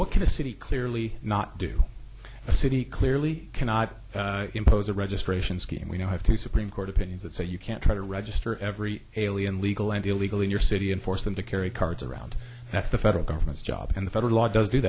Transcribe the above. what can a city clearly not do a city clearly cannot impose a registration scheme and we now have two supreme court opinions that say you can't try to register every alien legal and illegal in your city and force them to carry cards around that's the federal government's job and the federal law does do